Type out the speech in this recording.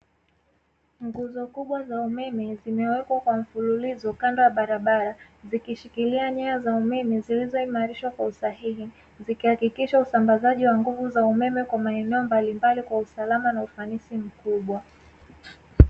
Nguzo kubwa za umeme, zinawekwa kwa mfululizo kando ya barabara zikishikilia nyaya za umeme zilizoimarisha kwa usahihi, zikihakikisha usambazaji wa nguvu za umeme kwa maeneo mbalimbali kwa usalama na ufanisi mkubwa.